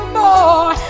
more